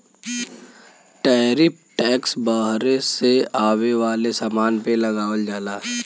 tariff tax बहरे से आये वाले समान पे लगावल जाला